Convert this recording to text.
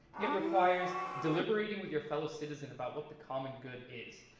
it requires deliberating with your fellow citizen about what the common good is.